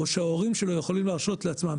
או שההורים שלו יכולים להרשות לעצמם